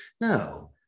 no